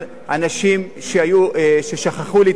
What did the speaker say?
אנשים ששכחו לתבוע,